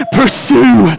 pursue